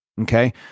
Okay